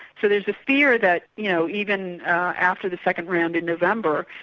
so there's a fear that you know even after the second round in november,